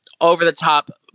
over-the-top